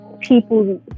people